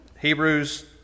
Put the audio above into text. Hebrews